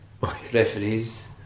Referees